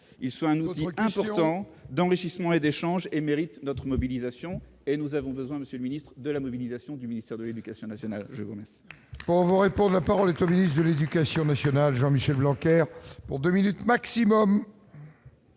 ils sont un outil important d'enrichissement et d'échanges et mérite notre mobilisation et nous avons besoin, Monsieur le Ministre de la mobilisation du ministère de l'Éducation nationale. On la parole,